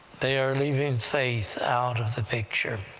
they are leaving faith out of the picture,